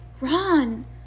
Ron